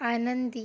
आनंदी